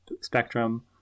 spectrum